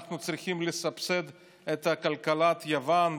אנחנו צריכים לסבסד את כלכלת יוון,